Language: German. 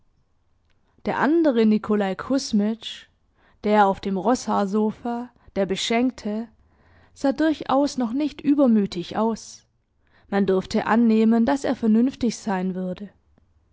der andere nikolaj kusmitsch der auf dem roßhaarsofa der beschenkte sah durchaus noch nicht übermütig aus man durfte annehmen daß er vernünftig sein würde